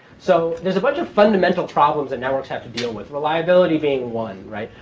so there's a bunch of fundamental problems that networks have to deal with, reliability being one, right?